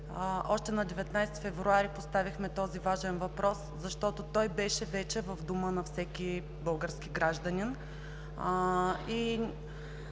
още на 19 февруари поставихме този важен въпрос, защото той вече беше в дома на всеки български гражданин. Да,